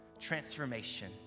transformation